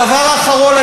הדבר האחרון,